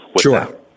Sure